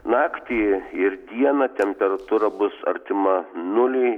naktį ir dieną temperatūra bus artima nuliui